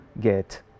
get